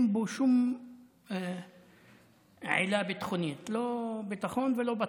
אין בו שום עילה ביטחונית, לא ביטחון ולא בטיח.